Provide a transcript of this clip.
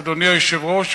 אדוני היושב-ראש,